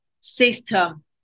system